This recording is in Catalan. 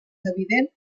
evident